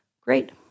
Great